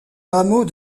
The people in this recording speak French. hameau